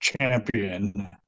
champion